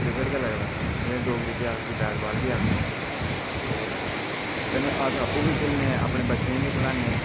cricket गै लगदा इं'या डोगरी च अस उसी बैट बॉल बी आक्खने आं ते कन्नै अस आपूं बी खेढने अपने बच्चें गी बी खढाने